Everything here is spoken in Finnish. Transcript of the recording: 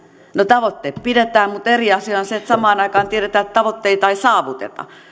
no tavoitteet pidetään mutta eri asia on se että samaan aikaan tiedetään että tavoitteita ei saavuteta